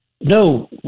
no